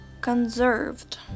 conserved